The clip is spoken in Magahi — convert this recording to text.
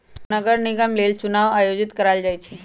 नगर निगम लेल चुनाओ आयोजित करायल जाइ छइ